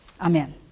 Amen